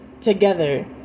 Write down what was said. together